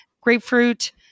grapefruit